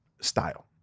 style